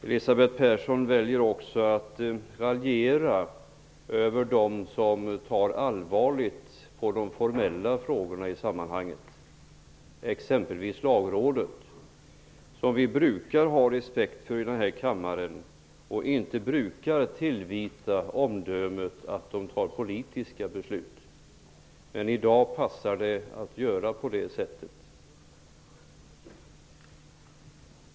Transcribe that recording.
Elisabeth Persson valde att raljera över dem som tar allvarligt på de formella frågorna i sammanhanget, exempelvis Lagrådet, som vi här i kammaren brukar ha respekt för och inte brukar tillvita att det framför politiska uppfattningar. Men i dag passar det att göra på det sättet.